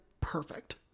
perfect